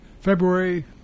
February